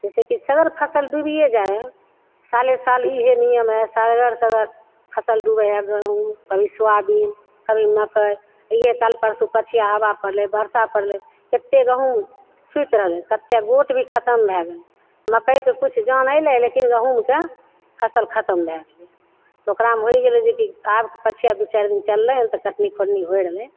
जैसे कि सगर फसल डूबिये जाइ हइ साले साल इएहे नियम हइ सगर सगर फसल डूबय हइ गहुँम कभी सोयाबीन कभी मक्कइ इएहे काल्हि परसू पछिया हवा पड़लय बरसा पड़लय केते गहुम सुति रहलय कते गोट भी खतम भए गेलय मक्कइके किछु जान अयलय लेकिन गहुँमके फसल खतम भए गेलय ओकरामे होइ गेलय जे कि आब पछिया दू चारि दिन चललय हँ तऽ कटनी खोटनी होइ रहलय